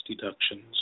deductions